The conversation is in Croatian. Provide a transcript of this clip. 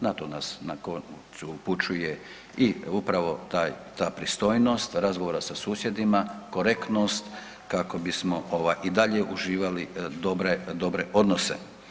Na to nas upućuje i upravo ta pristojnost razgovora sa susjedima, korektnost kako bismo i dalje uživali dobre odnose.